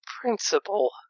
principal